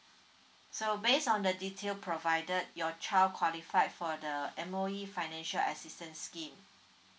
so based on the detail provided your child qualified for the M_O_E financial assistance scheme